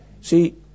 see